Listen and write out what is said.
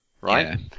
right